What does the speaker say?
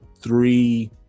three